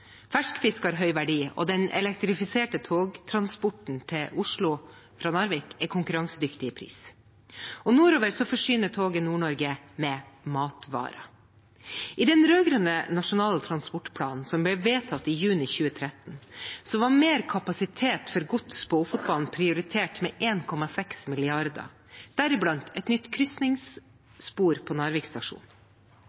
fisk har høy verdi, og den elektrifiserte togtransporten fra Narvik til Oslo er konkurransedyktig på pris. Nordover forsyner toget Nord-Norge med matvarer. I den rød-grønne nasjonale transportplanen som ble vedtatt i juni 2013, var mer kapasitet for gods på Ofotbanen prioritert med 1,6 mrd. kr, deriblant et nytt